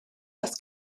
das